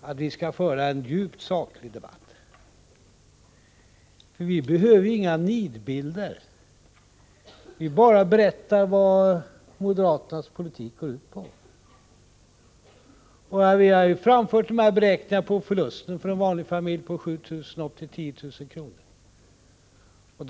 att vi skall föra en djupt saklig debatt. Vi behöver inga nidbilder. Vi berättar bara vad moderaternas politik går ut på. Vi har ju gjort beräkningar av vad er politik skulle leda till och kommit fram till förluster på 7 000-10 000 kr. för en vanlig familj.